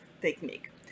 technique